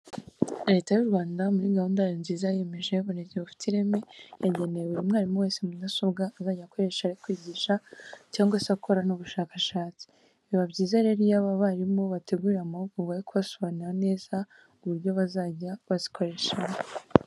Leta y'u Rwanda muri gahunda yayo nziza yiyemeje y'uburezi bufite ireme yageneye buri mwarimu wese mudasobwa azajya akoresha ari kwigisha cyangwa se akora n'ubushakashatsi. Biba byiza rero iyo aba barimu bateguriwe amahugurwa yo kubasobanurira neza uburyo bazajya bazikoreshamo.